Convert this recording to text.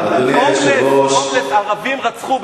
ערבים רצחו,